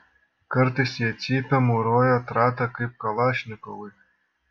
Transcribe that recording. kartais jie cypia mauroja trata kaip kalašnikovai